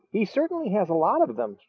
he certainly has a lot of them,